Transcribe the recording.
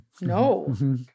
no